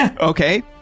Okay